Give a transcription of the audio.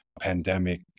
pandemic